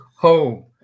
home